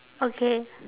okay